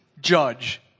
Judge